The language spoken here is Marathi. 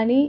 आणि